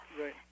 Right